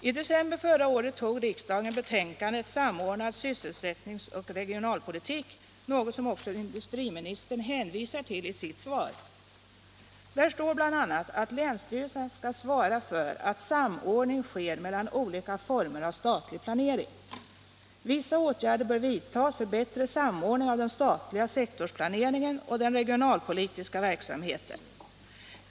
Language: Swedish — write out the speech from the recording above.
I december förra året tog riksdagen utskottsbetänkandet Samordnad sysselsättningsoch regionalpolitik, något som också industriministern hänvisar till i sitt svar. Där står bl.a. att länsstyrelserna skall svara för att samordning sker mellan olika former av statlig planering. Vissa åtgärder bör vidtas för bättre samordning av den statliga sektorsplaneringen och den regionalpolitiska verksamheten.